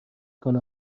کنه